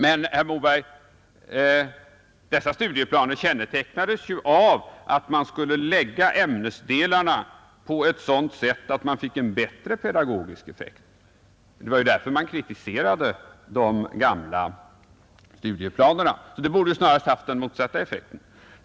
Men, herr Moberg, dessa studieplaner kännetecknades ju av att man skulle lägga ämnesdelarna på sådant sätt att man fick en bättre pedagogisk effekt. Det var ju därför man kritiserade de gamla studieplanerna. De borde alltså snarare haft den motsatta effekten.